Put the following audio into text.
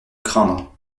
craindre